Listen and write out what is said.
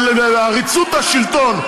ועריצות השלטון,